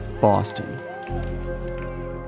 Boston